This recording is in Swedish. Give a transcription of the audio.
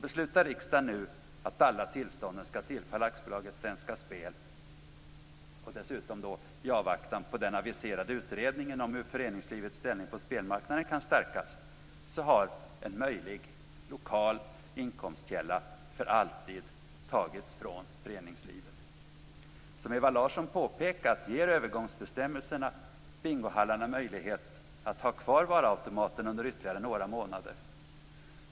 Beslutar riksdagen nu att alla tillstånden skall tillfalla AB Svenska Spel i avvaktan på den aviserade utredningen om hur föreningslivets ställning på spelmarknaden kan stärkas, har en möjlig lokal inkomstkälla för alltid tagits ifrån föreningslivet. Som Ewa Larsson påpekat ger övergångsbestämmelserna bingohallarna möjlighet att ha kvar varuautomaten under ytterligare några månader.